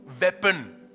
weapon